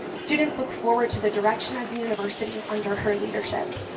students look forward to the direction of the university under her leadership.